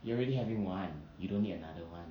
you already having one you don't need another one